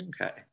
okay